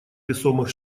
весомых